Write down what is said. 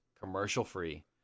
commercial-free